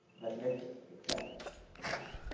but let's accept that.